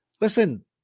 Listen